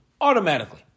Automatically